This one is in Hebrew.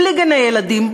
בלי גני-ילדים,